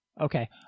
Okay